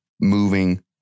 moving